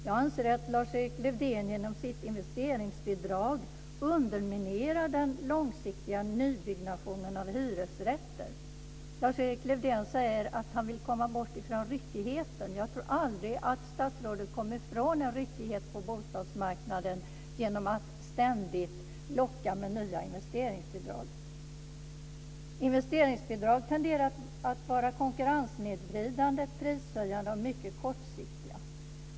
Jag anser att Lars-Erik Lövdén genom sitt investeringsbidrag underminerar den långsiktiga nybyggnationen av hyresrätter. Lars-Erik Lövdén säger att han vill komma bort från ryckigheten. Jag tror aldrig att statsrådet kommer ifrån en ryckighet på bostadsmarknaden genom att ständigt locka med nya investeringsbidrag. Investeringsbidrag tenderar att vara konkurrenssnedvridande, prishöjande och mycket kortsiktiga.